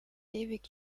ewig